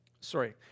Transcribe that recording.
sorry